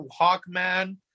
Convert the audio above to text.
Hawkman